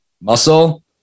muscle